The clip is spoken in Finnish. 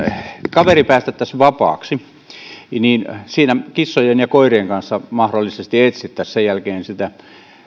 kaveri päästettäisiin vapaaksi niin siinä kissojen ja koirien kanssa mahdollisesti etsittäisiin sen jälkeen sitä